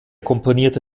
komponierte